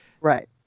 Right